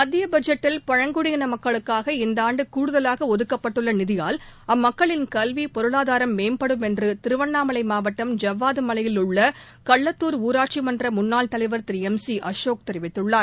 மத்திய பட்ஜெட்டில் பழங்குடியின மக்களுக்காக இந்தான்டு கூடுதலாக ஒதுக்கப்பட்டுள்ள நிதியால் அம்மக்களின் கல்வி பொருளாதாரம் மேம்படும் என்று திருவண்ணாமலை மாவட்டம் ஜவ்வாது மலையில் உள்ள கள்ளத்துர் ஊராட்சிமன்ற முன்னாள் தலைவர் திரு எம் சி அசோக் தெரிவித்துள்ளார்